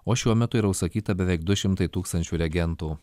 o šiuo metu yra užsakyta beveik du šimtai tūkstančių reagentų